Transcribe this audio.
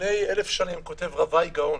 לפני אלף שנים כותב רביי גאון,